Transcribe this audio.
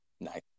Nice